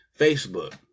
Facebook